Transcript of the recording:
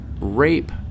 Rape